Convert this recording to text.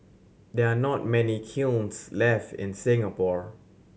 there are not many kilns left in Singapore